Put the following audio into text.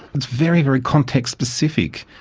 it's very, very context specific.